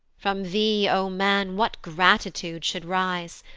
from thee, o man, what gratitude should rise!